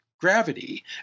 gravity